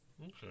Okay